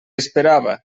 esperava